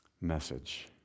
message